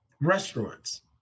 restaurants